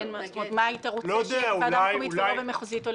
מה היית רוצה שיהיה בוועדה מקומית ולא במחוזית,